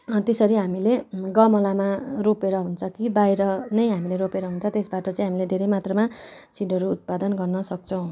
त्यसरी हामीले गमलामा रोपेर हुन्छ कि बाहिर नै हामीले रोपेर हुन्छ त्यसबाट चाहिँ हामीले धेरै मात्रामा सिडहरू उत्पादन गर्नसक्छौँ